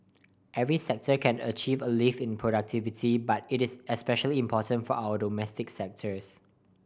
every sector can achieve a lift in productivity but it is especially important for our domestic sectors